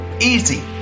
easy